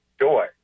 joy